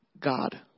God